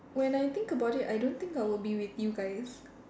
when I think about it I don't think I will be with you guys